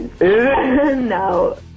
No